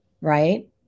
Right